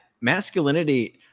Masculinity